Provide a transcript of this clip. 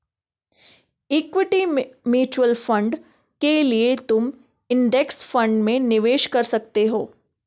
equity mutual fund के लिए तुम इंडेक्स फंड में निवेश कर सकते हो